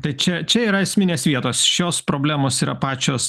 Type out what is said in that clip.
tai čia čia yra esminės vietos šios problemos yra pačios